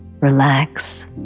Relax